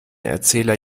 erzähler